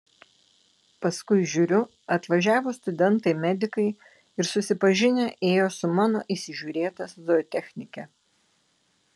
paskui žiūriu atvažiavo studentai medikai ir susipažinę ėjo su mano įsižiūrėta zootechnike